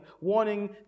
warning